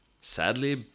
Sadly